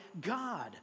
God